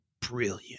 brilliant